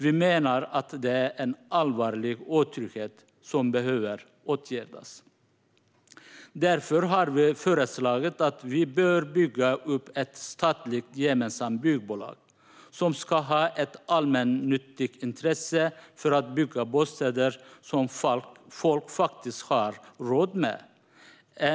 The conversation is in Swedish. Vi menar att det är en allvarlig otrygghet som behöver åtgärdas. Därför har vi föreslagit att man bör bygga upp ett statligt gemensamt byggbolag som ska ha ett allmännyttigt intresse för att bygga bostäder som folk faktiskt har råd med.